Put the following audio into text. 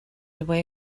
away